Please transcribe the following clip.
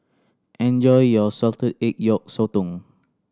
enjoy your salted egg yolk sotong